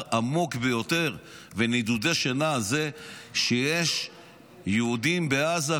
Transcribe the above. עמוק ביותר ונדודי שינה על זה שיש יהודים בעזה,